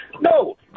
No